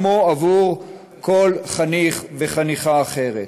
כמו עבור כל חניך וחניכה אחרים.